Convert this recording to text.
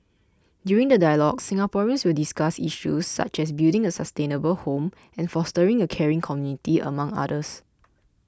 during the dialogues Singaporeans will discuss issues such as building a sustainable home and fostering a caring community among others